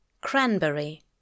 Cranberry